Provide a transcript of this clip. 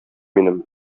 минем